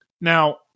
Now